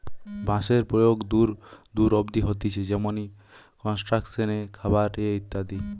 বাঁশের প্রয়োগ দূর দূর অব্দি হতিছে যেমনি কনস্ট্রাকশন এ, খাবার এ ইত্যাদি